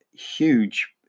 Huge